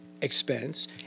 expense